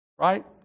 Right